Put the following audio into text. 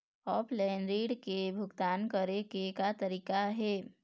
Offline ऋण के भुगतान करे के का तरीका हे?